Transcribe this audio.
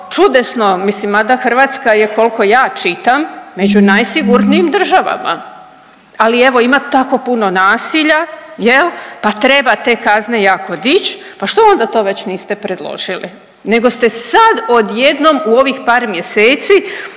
čudesno mislim mada Hrvatska je koliko ja čitam među najsigurnijim državama, ali evo ima tako puno nasilja jel pa treba te kazne jako dići, pa što ona to već niste predložili, nego ste sad odjednom u ovih par mjeseci